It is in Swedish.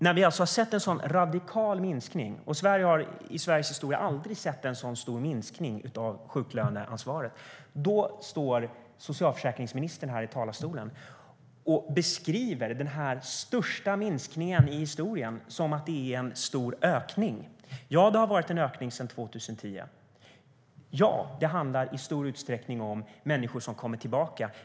När vi har sett en sådan radikal minskning - i Sveriges historia har man aldrig sett en sådan stor minskning av sjuklöneansvaret - står socialförsäkringsministern här i talarstolen och beskriver denna den största minskningen i historien som en stor ökning. Ja, det har varit en ökning sedan 2010. Ja, det handlar i stor utsträckning om människor som kommer tillbaka.